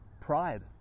Pride